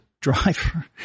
driver